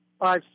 five